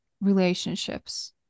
relationships